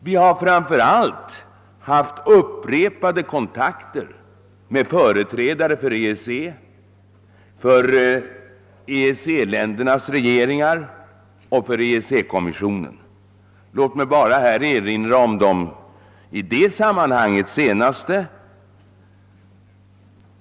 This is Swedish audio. Vi har framför allt haft upprepade kontakter med företrädare för EEC, för EEC-ländernas regeringar och för EEC kommissionen. Låt mig bara erinra om de senaste kontakterna i sammanhanget under fjolåret!